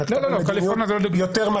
שנקטה במדיניות יותר חריפה.